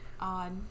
odd